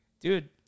Dude